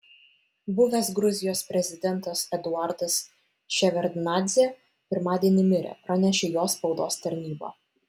buvęs gruzijos prezidentas eduardas ševardnadzė pirmadienį mirė pranešė jo spaudos tarnyba